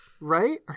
Right